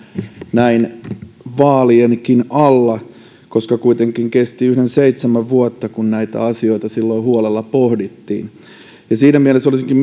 näin vaalienkin alla koska kuitenkin kesti yhden seitsemän vuotta kun näitä asioita silloin huolella pohdittiin siinä mielessä olisinkin